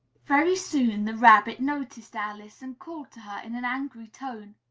very soon the rabbit noticed alice, and called to her, in an angry tone,